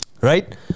Right